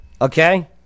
okay